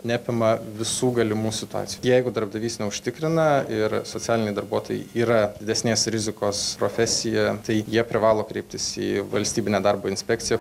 neapima visų galimų situacijų jeigu darbdavys neužtikrina ir socialiniai darbuotojai yra didesnės rizikos profesija tai jie privalo kreiptis į valstybinę darbo inspekciją